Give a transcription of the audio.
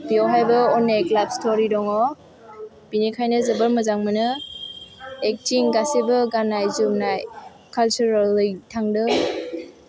बेवहायबो अनेख लाब स्तरि दङ बेनिखायनो जोबोर मोजां मोनो एक्टिं गासैबो गाननाय जोमनाय कालचारेलै थांदों